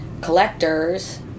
collectors